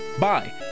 Bye